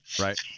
right